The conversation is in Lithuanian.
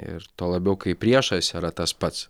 ir tuo labiau kai priešas yra tas pats